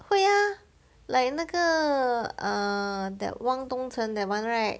会 ah like 那个 err that 汪东城 that [one] right